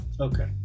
Okay